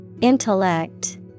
Intellect